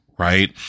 right